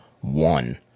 one